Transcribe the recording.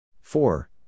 four